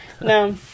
No